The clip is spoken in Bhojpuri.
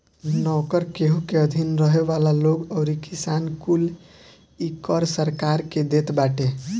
नोकर, केहू के अधीन रहे वाला लोग अउरी किसान कुल इ कर सरकार के देत बाटे